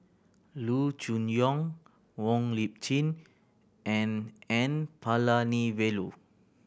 Loo Choon Yong Wong Lip Chin and N Palanivelu